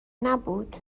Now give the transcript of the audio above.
نبود